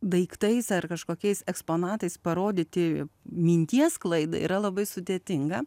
daiktais ar kažkokiais eksponatais parodyti minties sklaidą yra labai sudėtinga